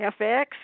FX